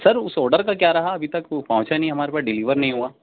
سر اُس آرڈر کا کیا رہا ابھی تک وہ پہنچا نہیں ہمارے پاس ڈیلیور نہیں ہُوا